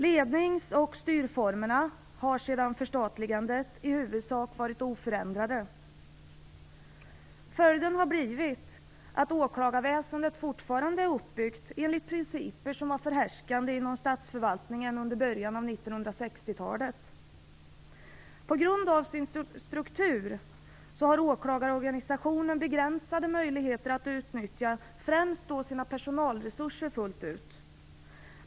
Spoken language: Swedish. Lednings och styrformerna har sedan förstatligandet i huvudsak varit oförändrade. Följden har blivit att åklagarväsendet fortfarande är uppbyggt enligt principer som var förhärskande inom statsförvaltningen under början av 1960-talet. På grund av sin struktur har åklagarorganisationen begränsade möjligheter att utnyttja främst sina personalresurser fullt ut.